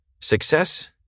Success